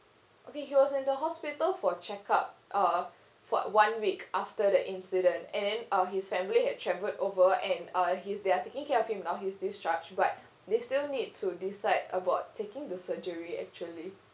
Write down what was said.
okay he was in the hospital for check up uh for one week after that incident and then uh his family had travelled over and uh he's they're taking care of him now he's discharged but they still need to decide about taking the surgery actually